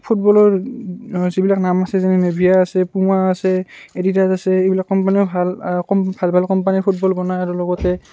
ফুটবলৰ যিবিলাক নাম আছে যেনে নেভিয়া আছে পুমা আছে এডিডাছ আছে এইবিলাক কোম্পানীও ভাল কোম ভাল ভাল কোম্পানীয়ে ফুটবল বনায় আৰু লগতে